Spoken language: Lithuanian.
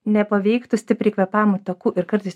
nepaveiktų stipriai kvėpavimo takų ir kartais